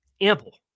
ample